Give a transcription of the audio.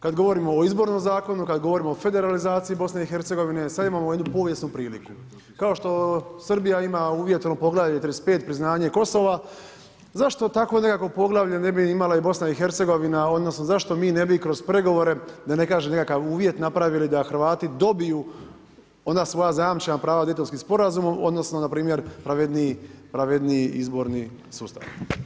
Kad govorimo o Izbornom zakonu, kad govorimo o federalizaciji BiH-a, sad imamo jednu povijesnu priliku, kao što Srbija ima uvjetovano poglavlje 35. priznavanje Kosova, zašto tako nekakvo poglavlje ne bi imala i BiH odnosno zašto mi ne bi kroz pregovore da ne kažem nekakav uvjet, napravili da Hrvati dobiju ona svoja zajamčena prava Daytonskim sporazumom odnosno npr. pravedniji izborni sustav?